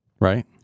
Right